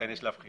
לכן יש להבחין.